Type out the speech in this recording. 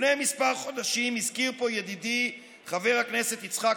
לפני כמה חודשים הזכיר פה ידידי חבר הכנסת יצחק